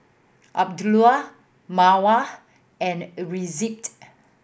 Abdul Mawar and Rizqi